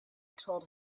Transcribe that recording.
told